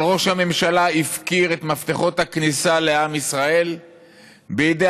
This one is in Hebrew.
אבל ראש הממשלה הפקיר את מפתחות הכניסה לעם ישראל בידי